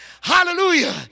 hallelujah